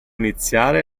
iniziare